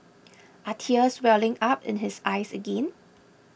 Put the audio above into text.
are tears welling up in his eyes again